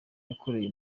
yakoreye